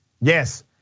Yes